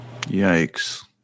Yikes